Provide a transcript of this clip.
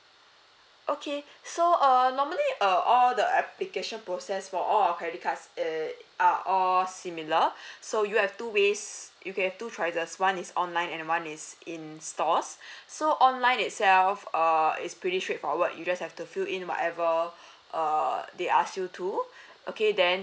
okay so uh normally uh all the application process for all of credit cards err are all similar so you have two ways you can have two choices one is online another one is in stores so online itself err it's pretty straightforward you just have to fill in whatever uh they ask you to okay then